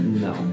No